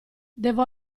devo